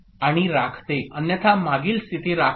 आणि राखते अन्यथा मागील स्थिती राखते